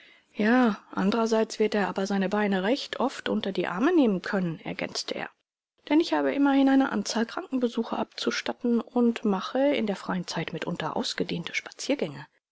ja andererseits wird er aber seine beine recht oft unter die arme nehmen können ergänzte er denn ich habe immerhin eine anzahl krankenbesuche abzustatten und mache in der freien zeit mitunter ausgedehnte spaziergänge